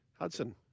Hudson